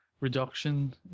reduction